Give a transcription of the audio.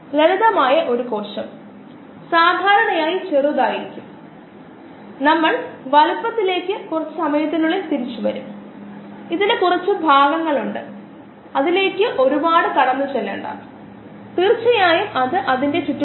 അവിടെ ചില മോഡലുകൾ ഉണ്ടാകാംഅത് കൾച്ചറിൽ ഉള്ള കോശങ്ങളുടെ പ്രായത്തിന്റെ ഡിസ്ട്രിബൂഷൻ കണക്കിലെടുക്കുന്നു അവിടെ മുകളിലെ മോഡൽ r x അതുപോലെ mu x തുല്യമാണെന്നും അതുപ്പോലെ r x എന്നത് kx into 1 minus beta x എന്നാ ലോജിസ്റ്റിക് ഈക്വാഷൻ ആണ്